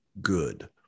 good